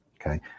okay